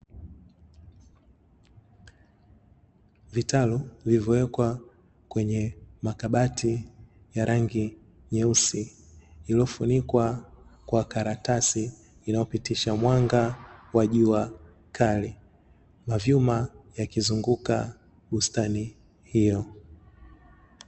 Vitalu vilivyowekwa kwenye makabati ya rangi nyeusi iliyofunikwa kwa karatasi inayopitisha mwanga wa jua kali, mavyuma yakizunguka bustani hiyo.